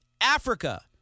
Africa